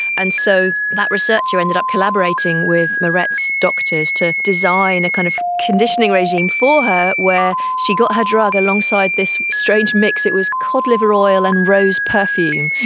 and so that researcher ended up collaborating with marette's doctors to design a kind of conditioning regime for her where she got her drug alongside this strange mix, it was cod-liver oil and rose perfume,